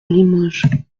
limoges